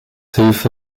hilfe